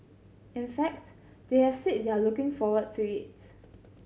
in fact they have said they are looking forward to its